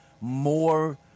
more